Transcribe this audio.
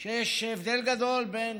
שיש הבדל גדול בין